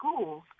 schools